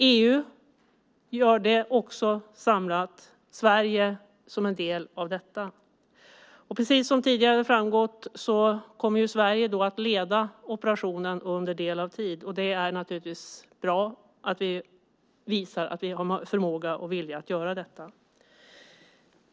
EU gör det samlat och Sverige som en del av detta. Som tidigare framgått kommer Sverige att leda operationen under del av tid. Det är bra att vi visar att vi har förmåga och vilja att göra detta.